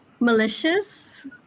Malicious